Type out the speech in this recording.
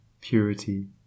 purity